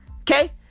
Okay